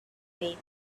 said